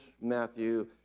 Matthew